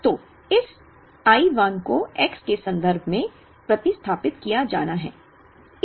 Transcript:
तो इस I 1 को X के संदर्भ में प्रतिस्थापित किया जाना है